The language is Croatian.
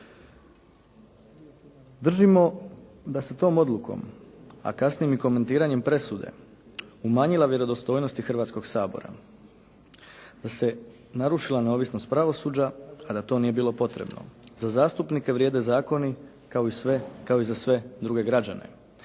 Držimo da se tom odlukom a kasnije i komentiranjem presude umanjila vjerodostojnost i Hrvatskoga sabora, da se narušila neovisnost pravosuđa a da to nije bilo potrebno. Za zastupnike vrijede zakoni kao i za sve druge građane.